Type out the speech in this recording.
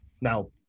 Now